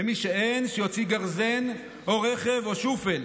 למי שאין, שיוציא גרזן או רכב או שופל.